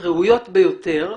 ראויות ביותר,